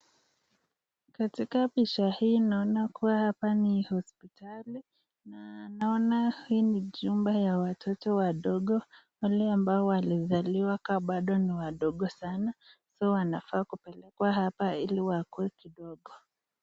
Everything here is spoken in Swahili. Katika picha hii, naona hapa kuwa ni hospitali, na naona hii ni chumba ya watoto wadogo, wale ambao walizaliwa kama bado ni wadogo sana sasa wafaa kupelekwa hapa ili wakule kidogo.